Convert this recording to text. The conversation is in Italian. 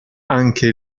anche